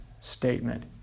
statement